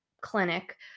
clinic